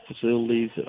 facilities